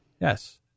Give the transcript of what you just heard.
yes